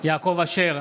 יעקב אשר,